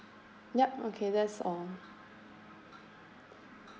yup okay that's all